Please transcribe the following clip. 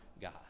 God